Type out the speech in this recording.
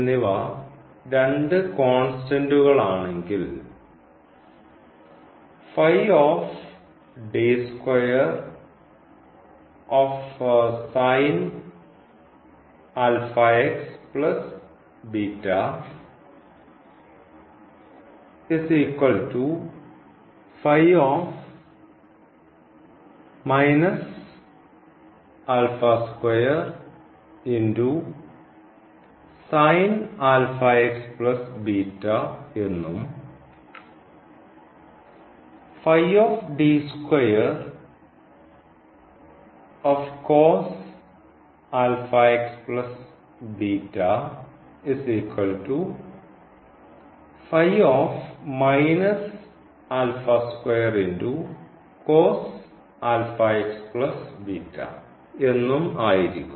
എന്നിവ രണ്ട് കോൺസ്റ്റൻറ്കൾ ആണെങ്കിൽ എന്നും എന്നും ആയിരിക്കും